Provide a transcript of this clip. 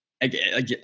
again